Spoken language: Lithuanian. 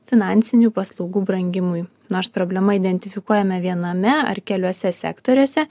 finansinių paslaugų brangimui nors problemą identifikuojame viename ar keliuose sektoriuose